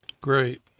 Great